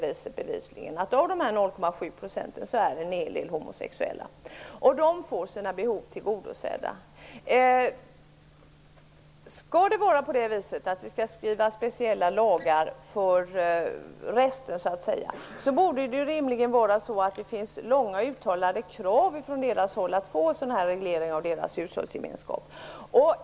Men av dessa 0,7 % är bevisligen en hel del homosexuella, och de får sina behov tillgodosedda genom lagförslaget. Skall vi skriva speciella lagar för resten av dessa 0,7 % borde det rimligen finnas uttalade krav från deras håll att få en sådan reglering av sin hushållsgemenskap.